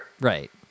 Right